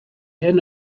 hyn